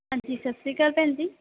ਹਾਂਜੀ ਸਤਿ ਸ਼੍ਰੀ ਅਕਾਲ ਭੈਣ ਜੀ